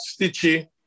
Stitchy